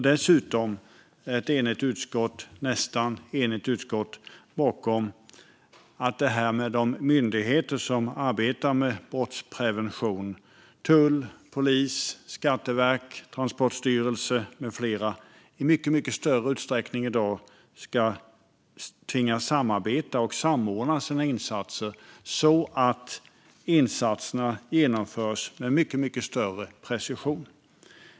Dessutom står ett nästan enigt utskott bakom att de myndigheter som arbetar med brottsprevention - tull, polis, Skatteverket, Transportstyrelsen med flera - i mycket större utsträckning än i dag ska tvingas samarbeta och samordna sina insatser så att de genomförs med mycket större precision.